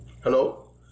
Hello